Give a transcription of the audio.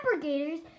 Gators